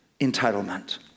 entitlement